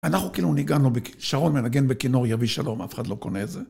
אנחנו כאילו ניגנו בקיט, שרון מנגן בכינור יביא שלום, אף אחד לא קונה את זה.